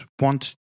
want